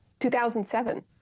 2007